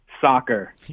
soccer